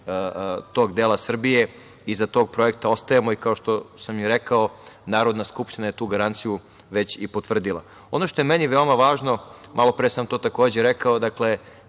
tog dela Srbije. Iza tog projekta ostajemo. Kao što sam i rekao, Narodna skupština je tu garanciju već i potvrdila. Ono što je meni veoma važno, malo pre sam to takođe rekao, dakle,